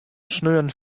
sneon